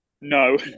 No